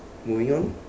moving on